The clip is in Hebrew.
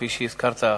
כפי שהזכרת,